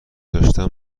داشتن